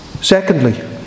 Secondly